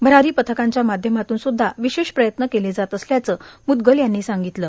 भरारी पथकांच्या मध्यमातून सुध्दा विशेष प्रयत्न केल्या जात असल्याचं मुद्गल यांनी सांगितल